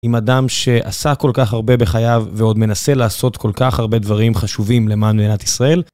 עם אדם שעשה כל כך הרבה בחייו ועוד מנסה לעשות כל כך הרבה דברים חשובים למען מדינת ישראל.